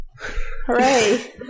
Hooray